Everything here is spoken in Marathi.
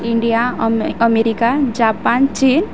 इंडिया अमे अमेरिका जापान चीन